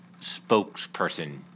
spokesperson